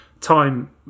time